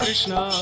Krishna